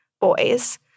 boys